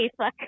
Facebook